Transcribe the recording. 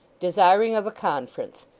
desiring of a conference.